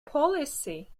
policy